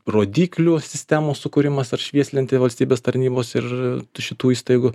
rodyklių sistemos sukūrimas ar švieslentė valstybės tarnybos ir šitų įstaigų